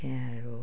সেয়া আৰু